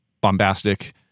bombastic